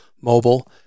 mobile